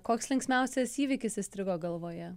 koks linksmiausias įvykis įstrigo galvoje